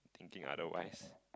think otherwise